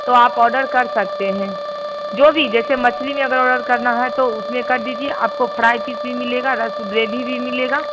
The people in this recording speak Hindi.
तो आप ऑर्डर कर सकते हैं जो भी जैसे मछली में अगर ऑर्डर करना है तो उसमें कर दीजिए आपको फ्राई किसी भी मिलेगा रस रेडी भी मिलेगा